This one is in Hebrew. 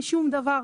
פה אין שום דבר.